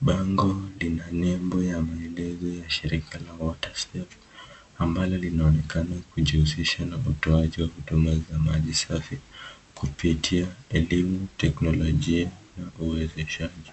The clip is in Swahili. bango lina nembo ya maelezo ya shirika la waterstep ambalo linaonekana kujihusisha na utoaji wa huduma za maji safi kupitia elimu, teknolojia na uwezeshaji.